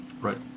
right